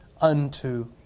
unto